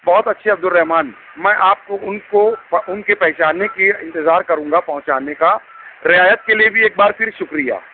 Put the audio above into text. بہت اچھے عبد الرحمٰن ميں آپ کو ان کو ان کے پہچاننے کی انتظار کروں گا پہنچانے کا رعایت کے لیے بھی ایک بار پھر شکریہ